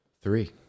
Three